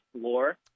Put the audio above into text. floor